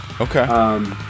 Okay